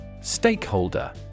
Stakeholder